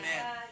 amen